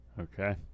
Okay